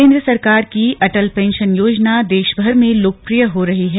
केंद्र सरकार की अटल पेंशन योजना देशभर में लोकप्रिय हो रही है